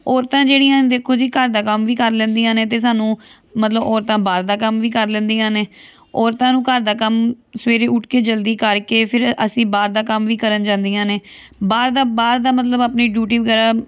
ਔਰਤਾਂ ਜਿਹੜੀਆਂ ਦੇਖੋ ਜੀ ਘਰ ਦਾ ਕੰਮ ਵੀ ਕਰ ਲੈਂਦੀਆਂ ਨੇ ਅਤੇ ਸਾਨੂੰ ਮਤਲਬ ਔਰਤਾਂ ਬਾਹਰ ਦਾ ਕੰਮ ਵੀ ਕਰ ਲੈਂਦੀਆਂ ਨੇ ਔਰਤਾਂ ਨੂੰ ਘਰ ਦਾ ਕੰਮ ਸਵੇਰੇ ਉੱਠ ਕੇ ਜਲਦੀ ਕਰਕੇ ਫਿਰ ਅ ਅਸੀਂ ਬਾਹਰ ਦਾ ਕੰਮ ਵੀ ਕਰਨ ਜਾਂਦੀਆਂ ਨੇ ਬਾਹਰ ਦਾ ਬਾਹਰ ਦਾ ਮਤਲਬ ਆਪਣੀ ਡਿਊਟੀ ਵਗੈਰਾ